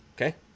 okay